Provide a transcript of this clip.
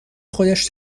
خودش